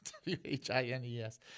W-H-I-N-E-S